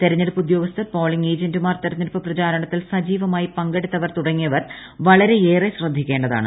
തെരഞ്ഞെടുപ്പ് ഉദ്യോഗസ്ഥർ പോളിംഗ് ഏജന്റുമാർ തെരഞ്ഞെടുപ്പ് പ്രചാരണത്തിൽ സജീവമായി പങ്കെടുത്തവർ തുടങ്ങിയവർ വളരെയേറെ ശ്രദ്ധിക്കേണ്ടതാണ്